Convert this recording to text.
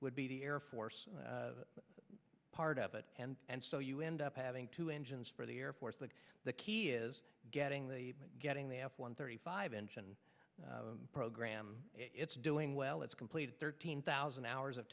would be the air force part of it and so you end up having two engines for the air force like the key it is getting the getting the f one thirty five engine program it's doing well it's completed thirteen thousand hours of